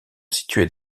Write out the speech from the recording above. situées